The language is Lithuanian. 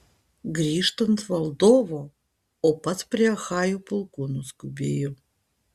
grįžtant valdovo o pats prie achajų pulkų nuskubėjo